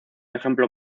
ejemplo